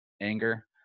anger